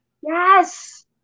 Yes